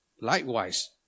Likewise